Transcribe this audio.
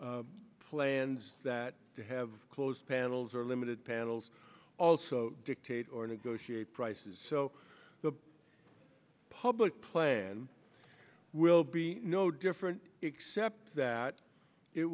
plans that have closed panels are limited panels also dictate or negotiate prices so the public plan will be no different except that it